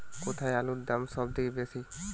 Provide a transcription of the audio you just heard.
কোথায় আলুর দাম সবথেকে বেশি?